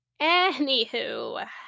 Anywho